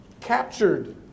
captured